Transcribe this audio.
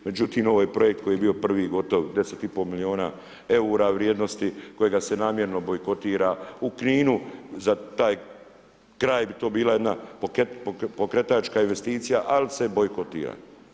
Međutim, ovo je projekt koji je bio prvi gotovo 10,5 milijuna eura vrijednosti, kojega se namjerno bojkotira u Kninu za taj kraj bi to je bila jedna pokretačka investicija sli se bojkotira.